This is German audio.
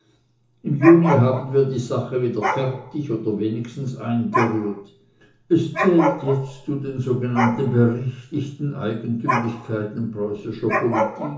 im juni haben wir die sache wieder fertig oder wenigstens eingerührt es zählt jetzt zu den sogenannten berechtigten eigentümlichkeiten preußischer